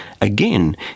again